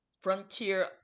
frontier